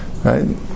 Right